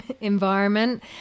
environment